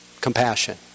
compassion